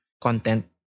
content